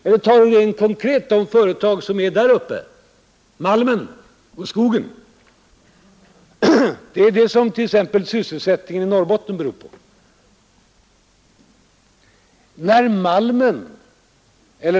Eller ta rent konkret de företag som är där uppe, de som arbetar med malmen och skogen, Det är dem som sysselsättningen i Norrbotten beror på.